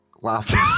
laughing